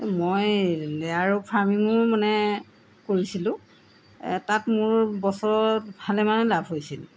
মই লেয়াৰৰ ফাৰ্মিঙো মানে কৰিছিলোঁ তাত মোৰ বছৰত ভালেমানে লাভ হৈছিল